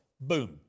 Boom